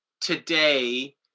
today